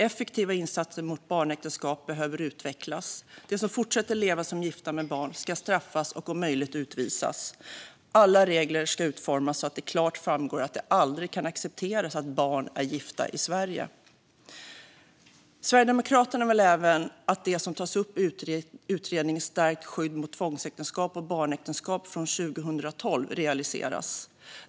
Effektiva insatser mot barnäktenskap behöver utvecklas. De som fortsätter att leva som gifta med barn ska straffas och om möjligt utvisas. Alla regler ska utformas så att det klart framgår att det aldrig kan accepteras att barn är gifta i Sverige. Sverigedemokraterna vill även att det som tas upp i utredningen Stärkt skydd mot tvångsäktenskap och barnäktenskap från år 2012 realiseras.